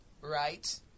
Right